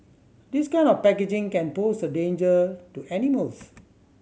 this kind of packaging can pose a danger to animals